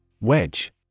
Wedge